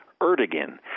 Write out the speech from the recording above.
Erdogan